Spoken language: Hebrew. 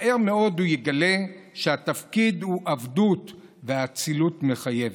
מהר מאוד הוא יגלה שהתפקיד הוא עבדות והאצילות מחייבת.